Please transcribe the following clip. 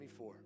24